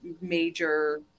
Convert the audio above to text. major